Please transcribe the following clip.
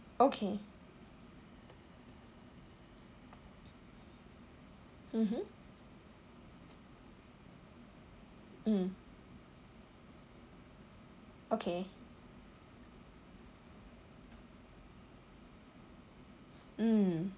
okay mmhmm mm okay mm